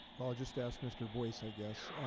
will just ask mr. boyce, i guess.